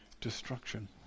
destruction